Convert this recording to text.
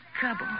trouble